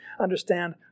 understand